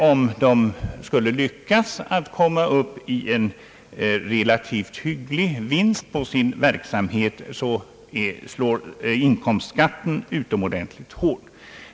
Om de skulle lyckas att få en relativt hygglig vinst i sin verksamhet, slår inkomstskatten utomordentligt hårt.